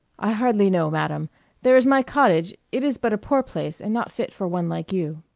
i hardly know, madam there is my cottage it is but a poor place, and not fit for one like you.